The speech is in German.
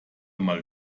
mal